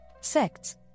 sects